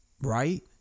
Right